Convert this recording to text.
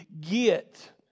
get